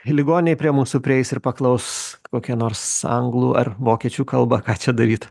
ir ligoninėj prie mūsų prieis ir paklaus kokia nors anglų ar vokiečių kalba ką čia daryt